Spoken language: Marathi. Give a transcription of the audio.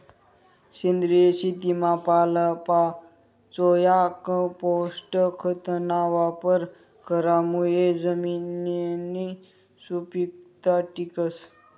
सेंद्रिय शेतीमा पालापाचोया, कंपोस्ट खतना वापर करामुये जमिननी सुपीकता टिकस